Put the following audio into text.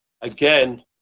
again